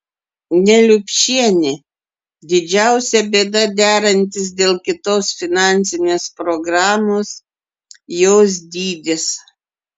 neliupšienė didžiausia bėda derantis dėl kitos finansinės programos jos dydis